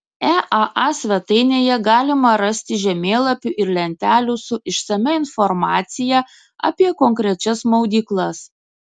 eaa svetainėje galima rasti žemėlapių ir lentelių su išsamia informacija apie konkrečias maudyklas